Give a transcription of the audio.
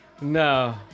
No